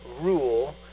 rule